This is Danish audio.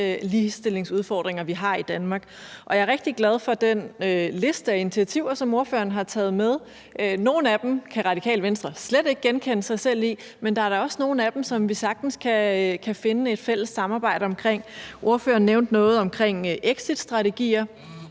ligestillingsudfordringer, vi har i Danmark. Og jeg er rigtig glad for den liste af initiativer, som ordføreren har taget med. Nogle af dem kan Radikale Venstre slet ikke genkende sig selv i, men der er da også nogle af dem, som vi sagtens kan finde frem til et fælles samarbejde omkring. Ordføreren nævnte noget omkring exitstrategier,